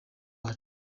wacu